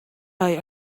buy